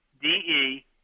D-E